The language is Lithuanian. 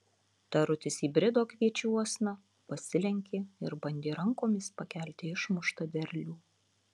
tarutis įbrido kviečiuosna pasilenkė ir bandė rankomis pakelti išmuštą derlių